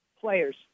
players